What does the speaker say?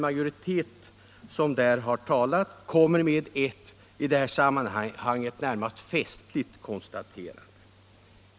Majoriteten kommer med ett i detta sammanhang närmast festligt konstaterande.